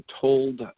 told